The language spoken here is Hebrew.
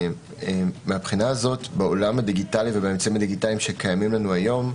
מהבחינה הזו בעולם הדיגיטלי ובאמצעים הדיגיטליים שקיימים לנו היום,